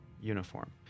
uniform